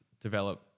develop